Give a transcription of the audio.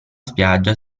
spiaggia